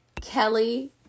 Kelly